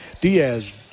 Diaz